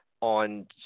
on